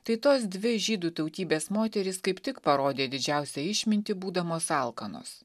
tai tos dvi žydų tautybės moterys kaip tik parodė didžiausią išmintį būdamos alkanos